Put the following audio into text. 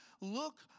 look